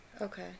Okay